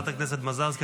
חברת הכנסת מזרסקי,